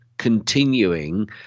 continuing